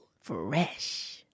Fresh